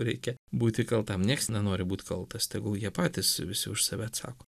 reikia būti kaltam nieks nenori būti kaltas tegul jie patys visi už save atsako